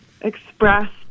express